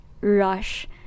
rush